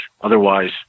Otherwise